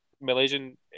Malaysian